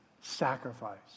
sacrifice